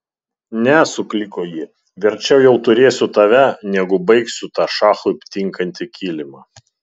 ne sukliko ji verčiau jau turėsiu tave negu baigsiu tą šachui tinkantį kilimą